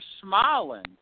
smiling